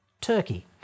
Turkey